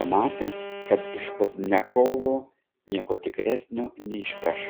pamatęs kad iš pozdniakovo nieko tikresnio neišpeš